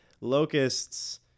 locusts